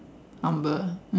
humble